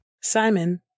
Simon